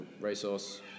resource